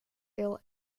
ill